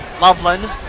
Loveland